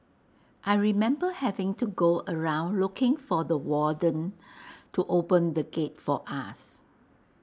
I remember having to go around looking for the warden to open the gate for us